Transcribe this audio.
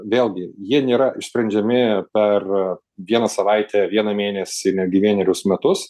vėlgi jie nėra išsprendžiami per vieną savaitę vieną mėnesį netgi vienerius metus